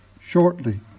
shortly